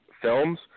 films